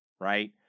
right